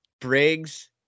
Briggs